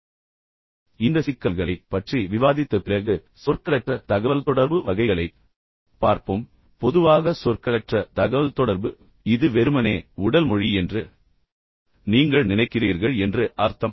இப்போது இந்த சிக்கல்களைப் பற்றி விவாதித்த பிறகு சொற்களற்ற தகவல்தொடர்பு வகைகளைப் பார்ப்போம் பொதுவாக சொற்களற்ற தகவல்தொடர்பு இது வெறுமனே உடல் மொழி என்று நீங்கள் நினைக்கிறீர்கள் என்று அர்த்தம்